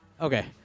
Okay